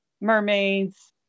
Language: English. mermaids